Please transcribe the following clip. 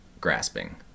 grasping